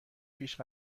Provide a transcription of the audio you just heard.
پیش